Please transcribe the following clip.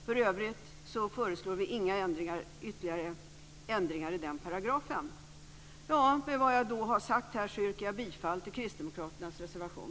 För övrigt förelår vi inga ytterligare ändringar i den paragrafen. Med vad jag har sagt här yrkar jag bifall till kristdemokraternas reservation.